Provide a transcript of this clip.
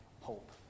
hope